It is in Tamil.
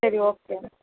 சரி ஓகே